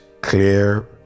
clear